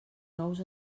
nous